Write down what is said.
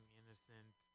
innocent